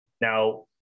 Now